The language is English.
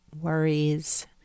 worries